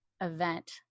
event